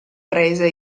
presa